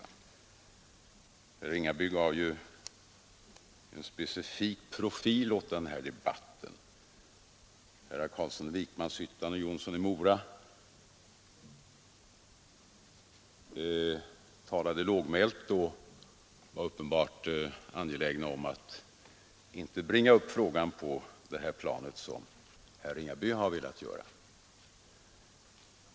Herr Ringaby gav ju en specifik profil åt den här debatten. Herrar Carlsson i Vikmanshyttan och Jonsson i Mora talade lågmält och var uppenbart angelägna om att inte bringa upp frågan på det här planet som herr Ringaby har velat göra.